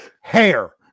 hair